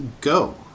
go